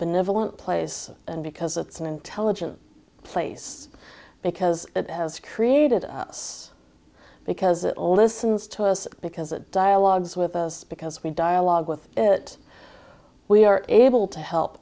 benevolent place and because it's an intelligent place because it has created us because it oldest sins to us because it dialogues with us because we dialogue with it we are able to help